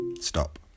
Stop